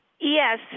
Yes